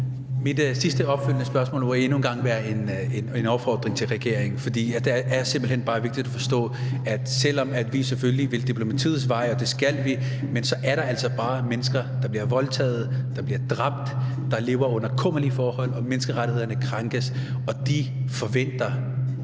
Mit sidste opfølgende spørgsmål må endnu en gang være en opfordring til regeringen, for det er simpelt hen bare vigtigt at forstå, at selv om vi selvfølgelig vil diplomatiets vej – og det skal vi – så er der altså bare mennesker, der bliver voldtaget, der bliver dræbt, der lever under kummerlige forhold og får deres menneskerettigheder krænket. Og de forventer,